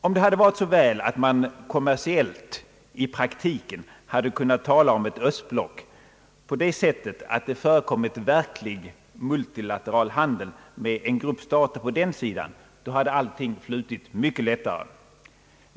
Om det varit så väl, att man kommersiellt i praktiken kunnat tala om ett östblock på det sättet att det förekommit verklig multilateral handel med en grupp stater på den sidan, då hade allting flutit mycket lättare.